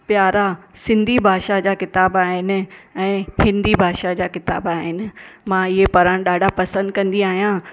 प्यारा सिंधी भाषा जा क़िताबु आहिनि ऐं हिंदी भाषा जा क़िताबु आहिनि मां हीअ पढ़ण ॾाढा पसंदि कंदी आहियां